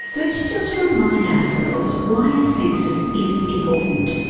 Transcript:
let's just remind ourselves why a census is important.